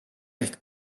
ehk